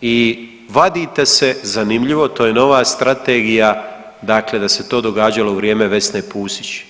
i vadite se, zanimljivo to je nova strategija, dakle da se to događalo u vrijeme Vesne Pusić.